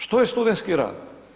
Što je studenski rad?